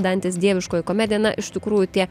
dantės dieviškoji komedija na iš tikrųjų tie